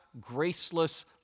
graceless